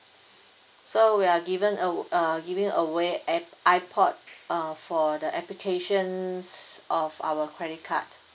so we are given uh uh giving away air ipod uh for the applications of our credit card